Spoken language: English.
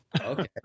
Okay